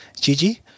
Gigi